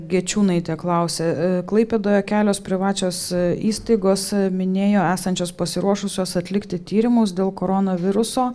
gečiūnaitė klausia klaipėdoje kelios privačios įstaigos minėjo esančios pasiruošusios atlikti tyrimus dėl koronaviruso